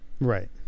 Right